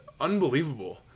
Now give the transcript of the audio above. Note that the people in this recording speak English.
Unbelievable